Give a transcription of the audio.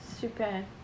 super